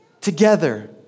together